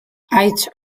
haitz